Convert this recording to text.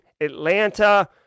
Atlanta